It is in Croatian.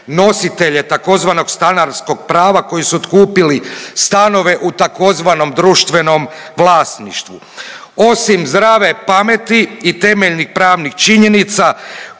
nositelje tzv. stanarskog prava koji su otkupili stanove u tzv. društvenom vlasništvu. Osim zdrave pameti i temeljnih pravnih činjenica